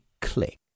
click